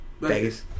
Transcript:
Vegas